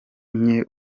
nke